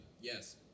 yes